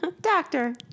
Doctor